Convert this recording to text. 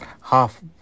half